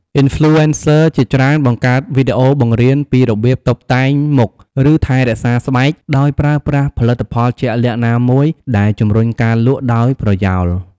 អុីនផ្លូអេនសឹ ជាច្រើនបង្កើតវីដេអូបង្រៀនពីរបៀបតុបតែងមុខ ឬថែរក្សាស្បែកដោយប្រើប្រាស់ផលិតផលជាក់លាក់ណាមួយ ដែលជំរុញការលក់ដោយប្រយោល។